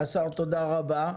השר, תודה רבה.